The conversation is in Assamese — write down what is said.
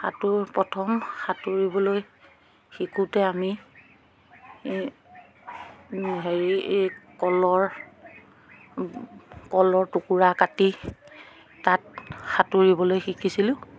সাঁতোৰ প্ৰথম সাঁতোৰিবলৈ শিকোঁতে আমি এই হেৰি এই কলৰ কলৰ টুকুৰা কাটি তাত সাঁতোৰিবলৈ শিকিছিলোঁ